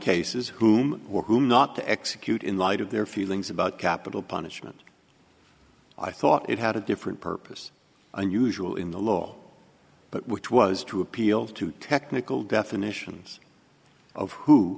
cases whom were whom not to execute in light of their feelings about capital punishment i thought it had a different purpose unusual in the law but which was to appeal to technical definitions of who